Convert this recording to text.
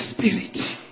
Spirit